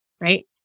right